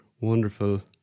wonderful